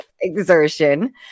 exertion